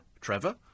Trevor